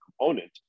component